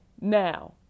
Now